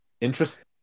interesting